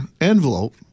envelope